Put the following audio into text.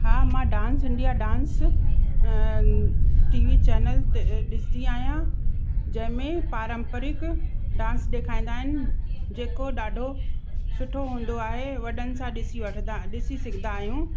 हा मां dance India dance T V channel ते ॾिसंदी आहियां जंहिं में पारंपरिक डांस ॾेखारींदा आहिनि जेको ॾाढो सुठो हूंदो आहे वॾनि सां ॾिसी वठंदा ॾिसी सघंदा आहियूं